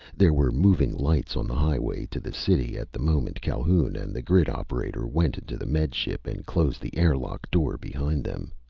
there were moving lights on the highway to the city at the moment calhoun and the grid operator went into the med ship and closed the air-lock door behind them.